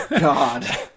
God